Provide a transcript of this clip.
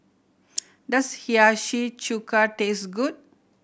does Hiyashi Chuka taste good